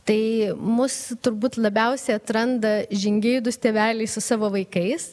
tai mus turbūt labiausiai atranda žingeidūs tėveliai su savo vaikais